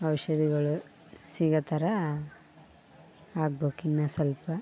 ಔಷಧಿಗಳು ಸಿಗೋ ಥರ ಆಗ್ಬೇಕ್ ಇನ್ನು ಸ್ವಲ್ಪ